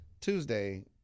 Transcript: Tuesday